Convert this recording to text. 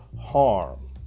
harm